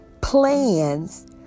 plans